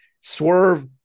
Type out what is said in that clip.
swerve